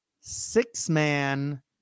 six-man